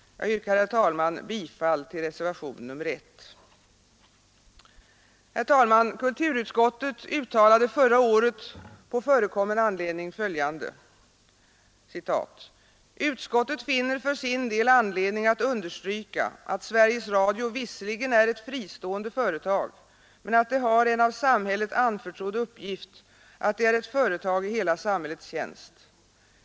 Jag yrkar, herr talman, bifall till reservationen 1. Herr talman! Kulturutskottet uttalade förra året på förekommen anledning följande: ”Utskottet finner för sin del anledning att understryka att Sveriges Radio visserligen är ett fristående företag men att det har en av samhället anförtrodd uppgift, att det är ett företag i hela samhällets tjänst.